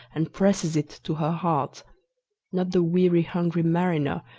and presses it to her heart not the weary hungry mariner,